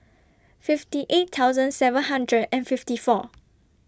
fifty eight thousand seven hundred and fifty four